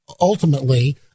ultimately